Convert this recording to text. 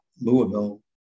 louisville